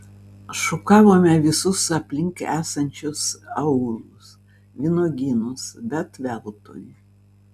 šukavome visus aplink esančius aūlus vynuogynus bet veltui